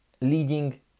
leading